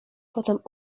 potem